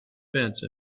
fence